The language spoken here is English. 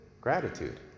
gratitude